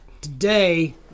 Today